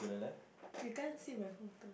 you can't see my photo